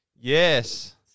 Yes